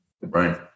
Right